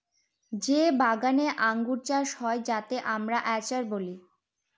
যে বাগানে আঙ্গুর চাষ হয় যাতে আমরা আচার বলি